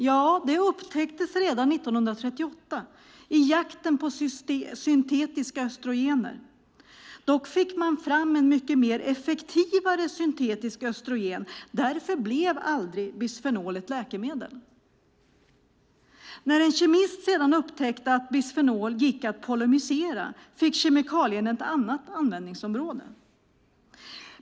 Bisfenol upptäcktes redan 1938 i jakten på syntetiska östrogener. Dock fick man fram en mycket effektivare syntetisk östrogen, och därför blev aldrig bisfenol ett läkemedel. När en kemist sedan upptäckte att bisfenol gick att polymerisera fick kemikalien ett annat användningsområde.